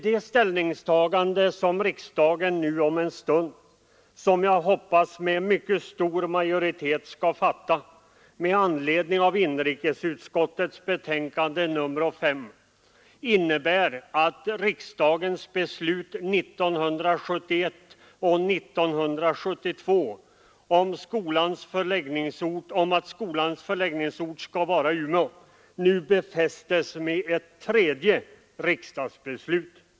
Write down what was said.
Det beslut som riksdagen nu om en stund — som jag hoppas med mycket stor majoritet — skall fatta med anledning av inrikesutskottets betänkande nr 5 innebär att riksdagens beslut åren 1971 och 1972 om att skolans förläggningsort skall vara Umeå nu befästes med ett tredje riksdagsbeslut.